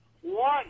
one